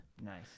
Nice